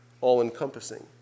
all-encompassing